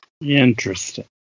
Interesting